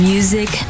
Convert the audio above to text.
Music